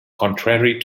contrary